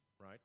right